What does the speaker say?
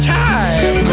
time